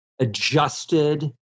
adjusted